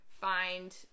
find